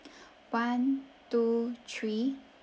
one two three